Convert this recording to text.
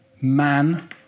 man